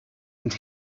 and